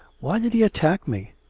why did he attack me.